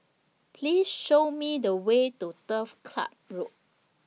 Please Show Me The Way to Turf Club Road